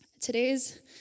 Today's